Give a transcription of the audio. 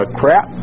crap